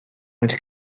wedi